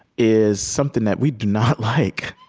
is something that we do not like.